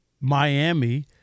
Miami